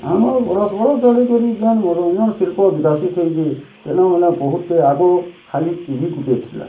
ଆମର୍ ପରସ୍ପର୍ ଚଲି କରି ଯେନ୍ ମନୋରଞ୍ଜନ୍ ଶିଲ୍ପ ବିକଶିତ ହେଇଛି ସେନ୍ ମାନେ ବହୁତେ ଆଗୁ ଖାଲି ଟିଭି ଗୁଟେ ଥିଲା